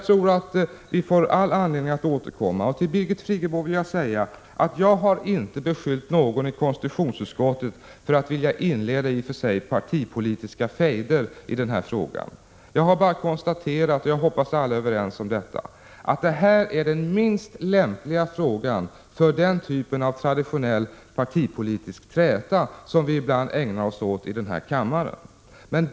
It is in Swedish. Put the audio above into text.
Till Birgit Friggebo vill jag säga att jag inte har beskyllt någon i konstitutionsutskottet för att vilja inleda partipolitiska fejder i den här frågan. Jag har bara konstaterat — och jag hoppas alla är överens om detta — att det här är den minst lämpliga frågan för den typ av traditionell partipolitisk träta som vi ibland ägnar oss åt i denna kammare.